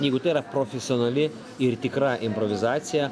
jeigu tai yra profesionali ir tikra improvizacija